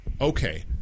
okay